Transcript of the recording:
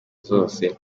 zose